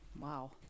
Wow